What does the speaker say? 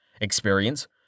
Experience